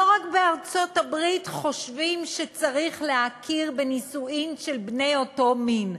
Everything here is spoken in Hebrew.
לא רק בארצות-הברית חושבים שצריך להכיר בנישואים של בני אותו מין.